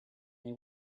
they